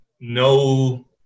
no